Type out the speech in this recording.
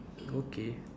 okay